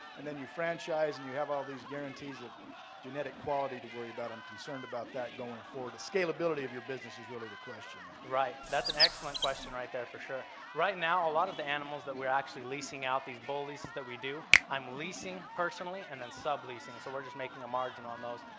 and then you franchise and you have all these guarantees of genetic quality to worry about. i'm concerned about that going forward. the so capability of your business is really the question. right, that's an excellent question right there for sure right now a lot of the animals that we're actually leasing out, these bull leases that we do. i'm leasing personally and then subleasing. so we're just making a margin on those.